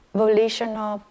volitional